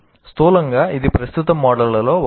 స్థూలంగా ఇది ప్రస్తుత మోడళ్లలో ఒకటి